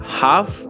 half